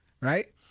Right